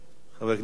חבר הכנסת בן-ארי,